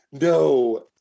No